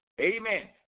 Amen